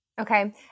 Okay